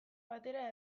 batera